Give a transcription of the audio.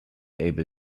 able